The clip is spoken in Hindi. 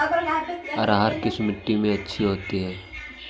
अरहर किस मिट्टी में अच्छी होती है?